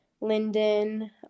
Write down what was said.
linden